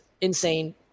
insane